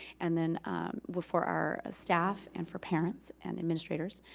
and then for our staff and for parents and administrators.